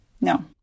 No